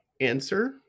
answer